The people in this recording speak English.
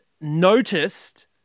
noticed